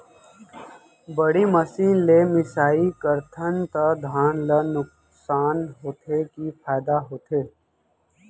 बड़ी मशीन ले मिसाई करथन त धान ल नुकसान होथे की फायदा होथे?